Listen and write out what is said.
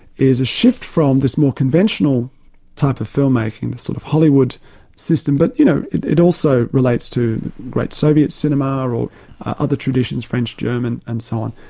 is a shift from this more conventional type of film making, the sort of hollywood system, but you know, it also relates to great soviet cinema, or or other traditions, french, german and so on,